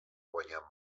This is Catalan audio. guanyar